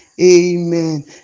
Amen